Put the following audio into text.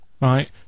right